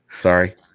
Sorry